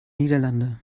niederlande